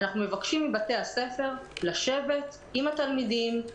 אנחנו מבקשים מבתי הספר לשבת עם התלמידים,